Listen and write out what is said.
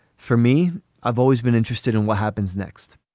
for me i've always been interested in what happens next